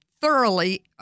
thoroughly